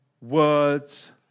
words